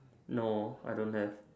no I don't have